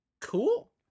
Cool